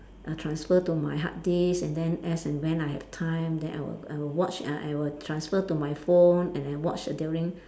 uh transfer to my hard disk and then as and when I had time then I will I will watch uh I will transfer to my phone and then watch it during